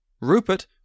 Rupert